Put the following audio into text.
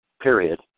period